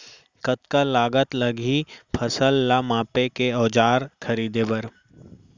कतका लागत लागही फसल ला मापे के औज़ार खरीदे बर?